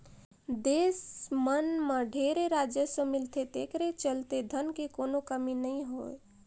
देस मन मं ढेरे राजस्व मिलथे तेखरे चलते धन के कोनो कमी नइ होय